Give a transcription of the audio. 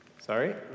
Sorry